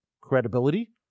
credibility